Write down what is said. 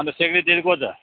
अन्त सेक्रेटरी को छ